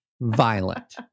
Violent